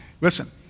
Listen